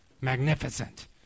magnificent